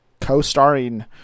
co-starring